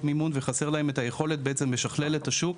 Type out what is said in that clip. מימון וחסרה להם היכולת בעצם לשכלל את השוק